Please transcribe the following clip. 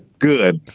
good